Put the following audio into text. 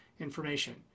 information